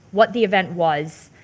what the event was,